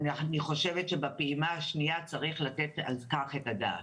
אני חושבת שבפעימה השנייה צריך לתת על כך את הדעת.